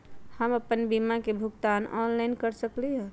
हम अपन बीमा के भुगतान ऑनलाइन कर सकली ह?